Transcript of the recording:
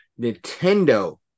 nintendo